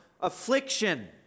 affliction